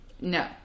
No